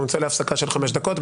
אנחנו נצא להפסקה של חמש דקות.